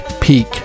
Peak